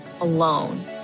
alone